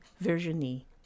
Virginie